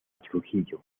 trujillo